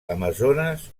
amazones